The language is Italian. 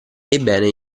ebbene